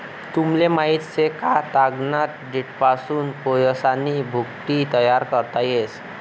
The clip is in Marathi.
तुमले माहित शे का, तागना देठपासून कोयसानी भुकटी तयार करता येस